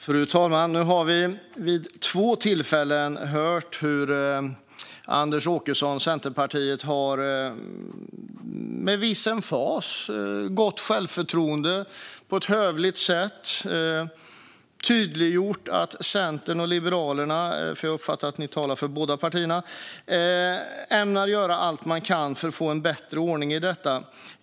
Fru talman! Nu har vi vid två tillfällen hört hur Anders Åkesson, Centerpartiet, med viss emfas och gott självförtroende på ett hövligt sätt har tydliggjort att Centern och Liberalerna - jag uppfattar att du talar för båda partierna - ämnar göra allt man kan för att få en bättre ordning i detta.